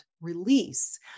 release